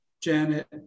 Janet